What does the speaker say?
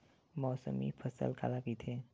मौसमी फसल काला कइथे?